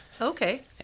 Okay